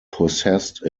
possessed